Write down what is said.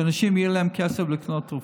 שלאנשים יהיה כסף לקנות תרופות?